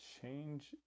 change